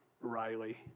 Riley